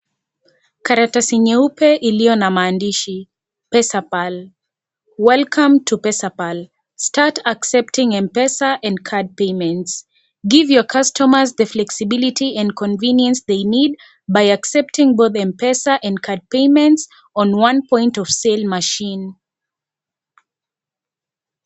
Karatasi nyeupe iliyo na maandishi pesapal, welcome to pesapal. Start accepting M-Pesa and card payments. Give your customers the flexibility and convenience they need by accepting both M-Pesa and card payments on one point of sale machine .